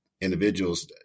individuals